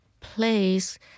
place